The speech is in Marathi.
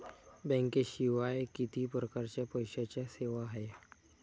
बँकेशिवाय किती परकारच्या पैशांच्या सेवा हाय?